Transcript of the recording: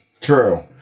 true